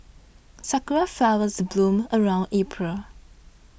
sakura flowers bloom around April